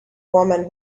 woman